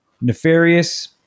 nefarious